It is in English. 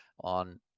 on